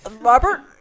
Robert